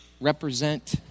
represent